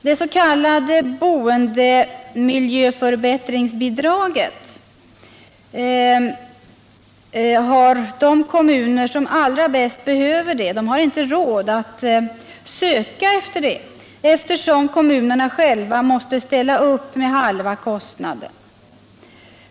Det s.k. boendemiljöförbättringsbidraget har de kommuner som allra bäst behöver det inte råd att söka, eftersom kommunerna själva måste ställa upp med halva kostnaden.